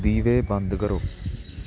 ਦੀਵੇ ਬੰਦ ਕਰੋ